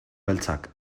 beltzak